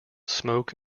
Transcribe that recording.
smoke